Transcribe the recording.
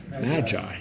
Magi